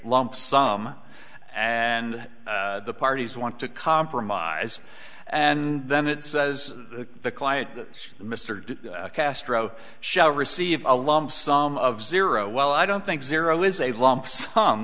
lump sum and the parties want to compromise and then it says the client mr castro shall receive a lump sum of zero well i don't think zero is a lump sum